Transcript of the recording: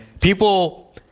people